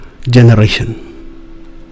generation